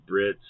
Brits